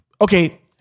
Okay